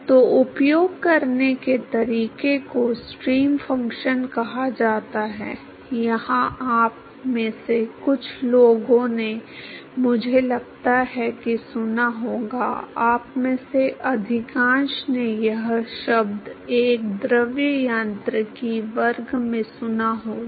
तो उपयोग करने के तरीके को स्ट्रीम फ़ंक्शन कहा जाता है यहाँ आप में से कुछ लोगों ने मुझे लगता है कि सुना होगा आप में से अधिकांश ने यह शब्द एक द्रव यांत्रिकी वर्ग में सुना होगा